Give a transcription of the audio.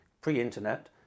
pre-internet